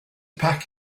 pack